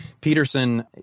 peterson